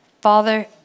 Father